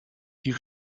you